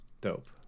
dope